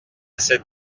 cette